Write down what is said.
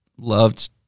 loved